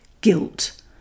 guilt